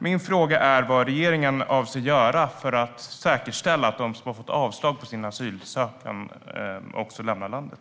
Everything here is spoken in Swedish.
Min fråga är vad regeringen avser att göra för att säkerställa att de som har fått avslag på sin asylansökan också lämnar landet.